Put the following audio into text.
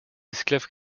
esclaves